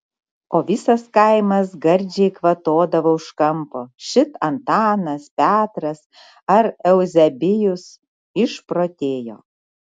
o visas kaimas gardžiai kvatodavo už kampo šit antanas petras ar euzebijus išprotėjo